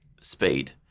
speed